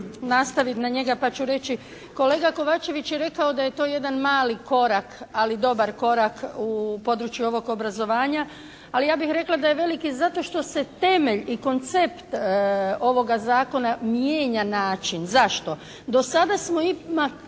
nastavit na njega, pa ću reći, kolega Kovačević je rekao da je to jedan mali korak ali dobar korak u području ovog obrazovanja, ali ja bih rekla da je veliki zato što se temelj i koncept ovoga zakona mijenja način. Zašto? Do sada smo ipak